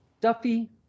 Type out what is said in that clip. Duffy